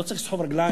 לא צריך לסחוב רגליים,